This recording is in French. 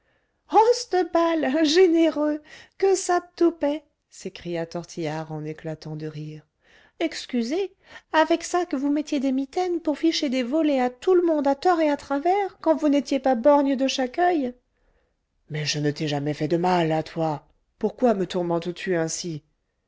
balle généreux que ça de toupet s'écria tortillard en éclatant de rire excusez avec ça que vous mettiez des mitaines pour ficher des volées à tout le monde à tort et à travers quand vous n'étiez pas borgne de chaque oeil mais je ne t'ai jamais fait de mal à toi pourquoi me tourmentes tu ainsi